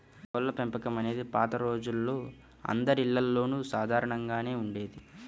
కోళ్ళపెంపకం అనేది పాత రోజుల్లో అందరిల్లల్లోనూ సాధారణంగానే ఉండేది